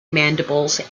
mandibles